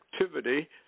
activity